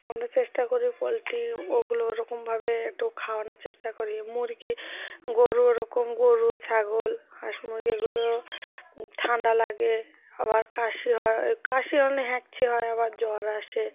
আমরা চেষ্টা করি পোলট্রি ওগুলো ওরকমভাবে একটু খাওয়ানোর চেষ্টা করি মুরগি গরু ওরকম গরু ছাগল হাঁস মুরগি এগুলো ঠান্ডা লাগে আবার কাশি হয় ওই কাশি মানে হেঁচকি হয় আবার জ্বর আসে